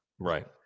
Right